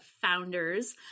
founders